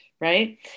right